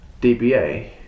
DBA